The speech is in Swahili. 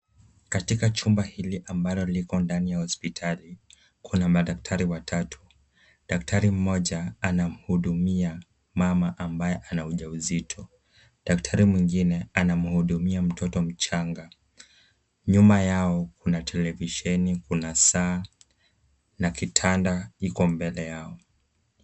Katika chumba hili ambalo liko ndani ya hospitali, kuna madaktari watatu. Daktari mmoja anamuhudumia mama ambaye ana uja uzito. Daktari mwingine anamuhudumia mtoto mchanga. Nyuma yao kuna televisheni, kuna saa na kitanda iko mbele yao.